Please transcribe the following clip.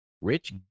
Rich